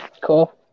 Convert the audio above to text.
Cool